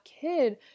kid